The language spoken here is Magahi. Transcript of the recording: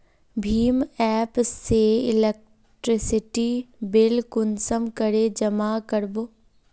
भीम एप से इलेक्ट्रिसिटी बिल कुंसम करे जमा कर बो?